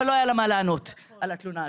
ולא היה לה מה לענות על התלונה הזאת.